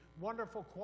wonderful